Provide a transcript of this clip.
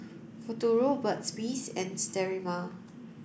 Futuro Burt's bee and Sterimar